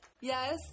Yes